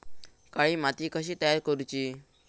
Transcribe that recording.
काळी माती कशी तयार करूची?